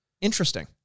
Interesting